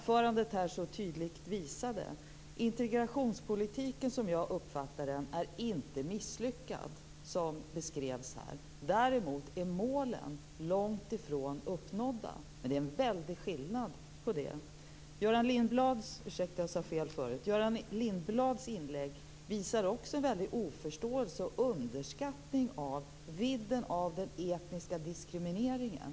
Fru talman! Integrationspolitiken är, som jag uppfattar den, inte misslyckad, såsom här beskrevs. Däremot är målen långt ifrån uppnådda, och det är en väldig skillnad. Göran Lindblads inlägg visar på en väldig oförståelse och en underskattning av vidden av den etniska diskrimineringen.